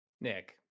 Nick